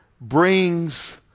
brings